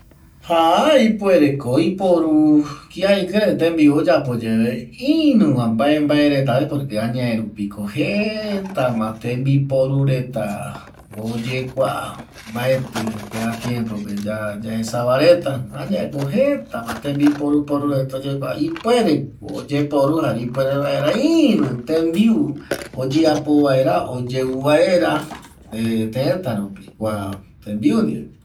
Jaá ipuere ko oiporu kia ikirei tembiu oyapo yave iruva mbae mbae reta porque añeko jetava tembiporureta oyekua mbaeti ma ko yaesava reta añeko jetava tembiporureta oyekua ipuere ko oyeporu jare ipuere vaera iru tenbiu oyapo vaera teta pe iru tembiu ndie